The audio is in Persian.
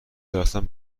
رفتن